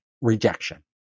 rejection